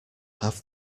have